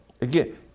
again